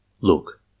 Look